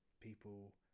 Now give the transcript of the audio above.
people